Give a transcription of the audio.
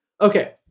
okay